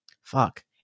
fuck